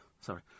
Sorry